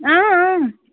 اۭں اۭں